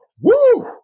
woo